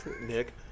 Nick